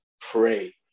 pray